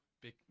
big